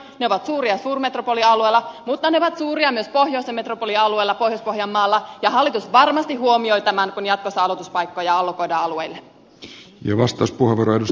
ne ovat suuria suurmetropolialueella mutta ne ovat suuria myös pohjoisen metropolialueella pohjois pohjanmaalla ja hallitus varmasti huomioi tämän kun jatkossa aloituspaikkoja allokoidaan alueille